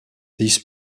this